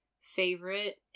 favorite